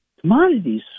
commodities